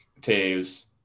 Taves